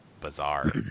bizarre